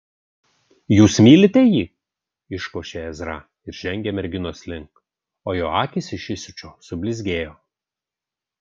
jūs mylite jį iškošė ezra ir žengė merginos link o jo akys iš įsiūčio sublizgėjo